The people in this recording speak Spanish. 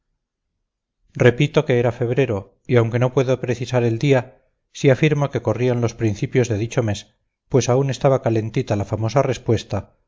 repito que era en febrero y aunque no puedo precisar el día sí afirmo que corrían los principios de dicho mes pues aún estaba calentita la famosa respuesta